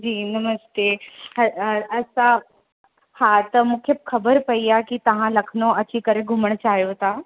जी नमस्ते अ अ असां हा त मूंखे ख़बरु पई आहे की तव्हां लखनऊ अची करे घुमणु चाहियो था